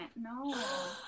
no